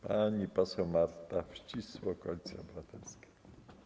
Pani poseł Marta Wcisło, Koalicja Obywatelska.